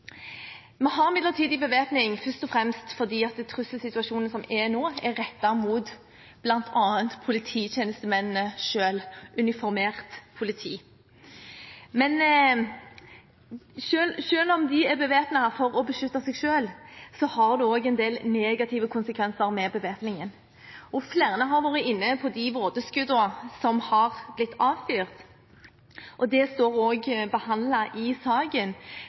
bevæpning først og fremst fordi den trusselsituasjonen som er nå, er rettet mot bl.a. polititjenestemenn selv, uniformert politi. Men selv om de er bevæpnet for å beskytte seg selv, følger det en del negative konsekvenser med bevæpningen. Flere har vært inne på de vådeskuddene som har blitt avfyrt, og det står også omtalt i saken.